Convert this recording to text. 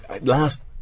last